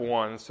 one